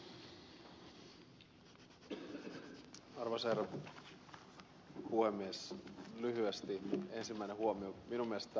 minun mielestäni tämä on ollut erinomainen keskustelu